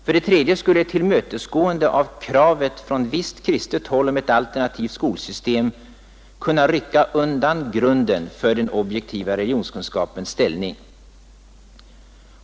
För det tredje skulle ett tillhötesgående av kravet från visst kristet håll på ett alternativt skolsystem kunna rycka undan grunden för den objektiva religionskunskapens ställning.